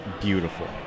beautiful